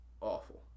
awful